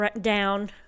down